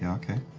and okay.